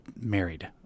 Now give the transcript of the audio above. married